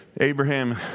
Abraham